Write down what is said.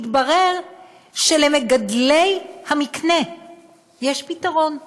התברר שלמגדלי המקנה יש פתרון,